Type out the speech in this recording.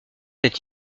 est